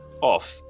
off